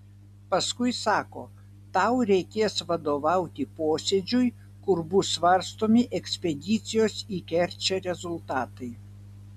paskui sako tau reikės vadovauti posėdžiui kur bus svarstomi ekspedicijos į kerčę rezultatai